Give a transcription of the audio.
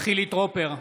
חילי טרופר,